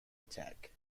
attack